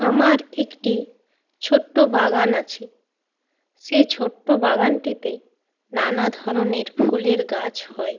আমার একটি ছোটো বাগান আছে সেই ছোটো বাগানটিতে নানা ধরনের ফুলের গাছ হয়